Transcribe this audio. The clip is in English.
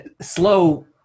slow